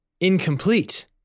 incomplete